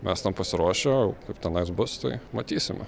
mes tam pasiruošę o kaip tenais bus tai matysime